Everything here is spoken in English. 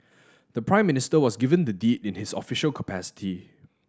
the Prime Minister was given the deed in his official capacity